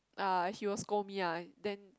ah he will scold me ah then